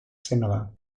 similar